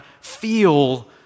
feel